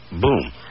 boom